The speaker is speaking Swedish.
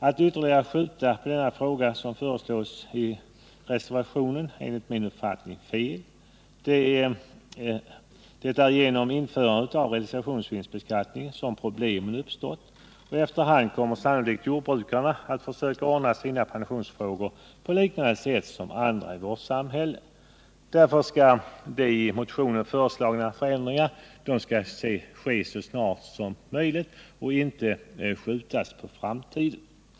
Att ytterligare skjuta på denna fråga, som föreslås i reservationen, är enligt min uppfattning fel. Det är genom införandet av realisationsvinstbeskattning som dessa problem uppstått. Efter hand kommer sannolikt jordbrukarna att försöka ordna sina pensionsfrågor på liknande sätt som andra i vårt samhälle. Därför skall den i motionen föreslagna förändringen ske så snart som möjligt och inte skjutas på framtiden.